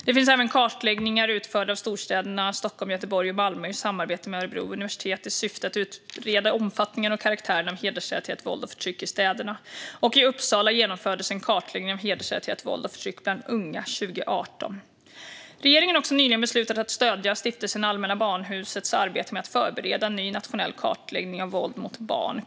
Det finns även kartläggningar utförda av storstäderna Stockholm, Göteborg och Malmö i samarbete med Örebro universitet i syfte att utreda omfattningen och karaktären av hedersrelaterat våld och förtryck i städerna, och i Uppsala genomfördes en kartläggning av hedersrelaterat våld och förtryck bland unga 2018. Regeringen har också nyligen beslutat att stödja Stiftelsen Allmänna Barnhusets arbete med att förbereda en ny nationell kartläggning av våld mot barn.